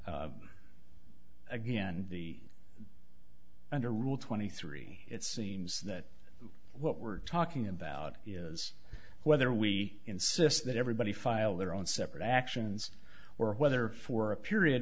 again the under rule twenty three it seems that what we're talking about is whether we insist that everybody file their own separate actions or whether for a period